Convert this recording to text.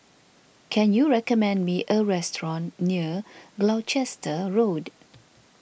can you recommend me a restaurant near Gloucester Road